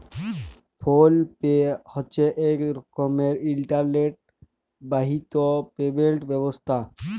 ফোল pay হছে ইক রকমের ইলটারলেট বাহিত পেমেলট ব্যবস্থা